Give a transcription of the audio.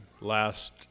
last